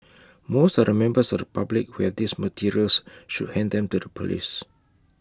most of the members of the public who have these materials should hand them to the Police